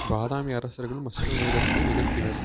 பாதாமி அரசர்களும் அஸ்வமேதத்தை நிகழ்த்தினர்